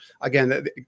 again